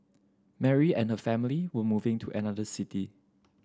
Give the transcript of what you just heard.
Mary and her family were moving to another city